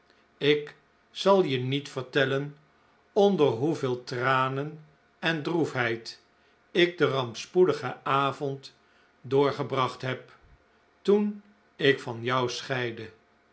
ik zal je niet vertellen onder hoeveel tranen en droef heid ik den rampspoedigen avond doorgebracht heb toen ik van jou scheidde